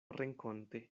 renkonte